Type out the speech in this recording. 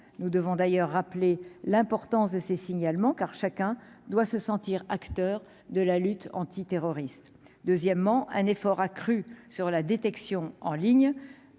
nous devons d'ailleurs rappelé l'importance de ces signalements, car chacun doit se sentir acteur de la lutte anti-terroriste, deuxièmement, un effort accru sur la détection en ligne